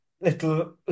little